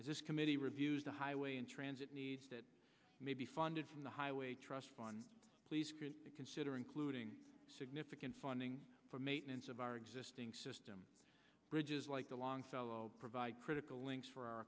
as this committee reviews the highway and transit needs that may be funded from the highway trust fund please consider including significant funding for maintenance of our existing system bridges like the longfellow provide critical links for our